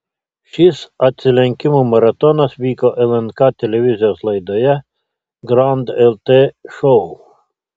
šis atsilenkimų maratonas vyko lnk televizijos laidoje grand lt šou